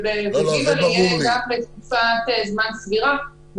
וג' שיהיה בתקופת זמן סבירה.